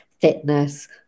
fitness